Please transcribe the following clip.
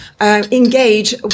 engage